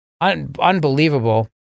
Unbelievable